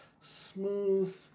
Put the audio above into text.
smooth